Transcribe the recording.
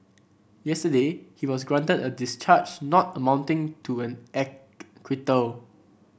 yesterday he was granted a discharge not amounting to an acquittal